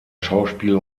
schauspiel